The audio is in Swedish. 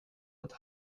att